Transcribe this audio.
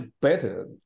better